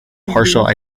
partial